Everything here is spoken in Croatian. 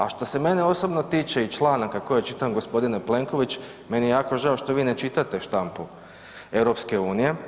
A što se mene osobno tiče i članaka koje čitam, g. Plenković, meni je jako žao što vi ne čitate štampu EU.